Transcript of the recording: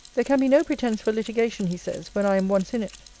there can be no pretence for litigation, he says, when i am once in it.